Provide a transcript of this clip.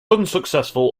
unsuccessful